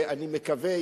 אני מקווה,